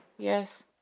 Yes